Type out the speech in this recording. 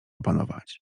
opanować